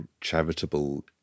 charitable